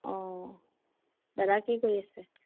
অঁ দাদাই কি কৰি আছে